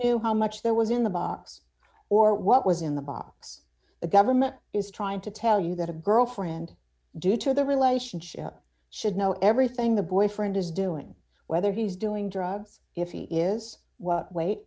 knew how much there was in the box or what was in the box the government is trying to tell you that a girlfriend due to the relationship should know everything the boyfriend is doing whether he was doing drugs if he is what w